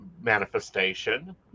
Manifestation